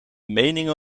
meningen